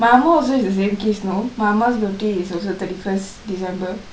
my அம்மா:amma also the same case you know my அம்மா:amma birthday is also thirty first december